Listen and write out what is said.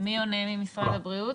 מי עונה ממשרד הבריאות?